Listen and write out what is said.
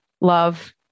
love